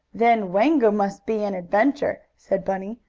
then wango must be an adventure, said bunny,